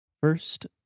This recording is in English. First